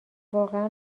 واقعا